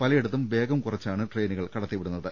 പലയിടത്തും വേഗം കുറച്ചാണ് ട്രെയിനുകൾ കടത്തിവിടുന്ന ത്